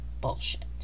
bullshit